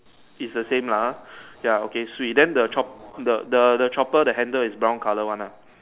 it's a same lah ah okay sweet then the chop the the the chopper the handle is brown colour one ah